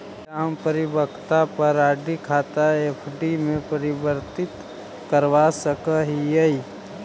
क्या हम परिपक्वता पर आर.डी खाता एफ.डी में परिवर्तित करवा सकअ हियई